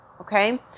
Okay